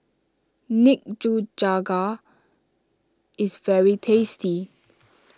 Nikujaga is very tasty